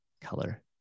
color